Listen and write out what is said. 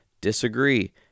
Disagree